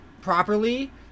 properly